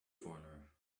foreigner